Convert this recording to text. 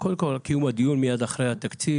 קודם כל על קיום הדיון מייד אחרי התקציב.